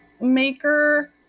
maker